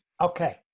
Okay